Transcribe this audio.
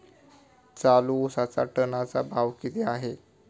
चालू उसाचा टनाचा भाव किती आहे?